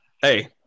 hey